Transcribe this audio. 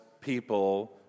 people